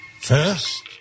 First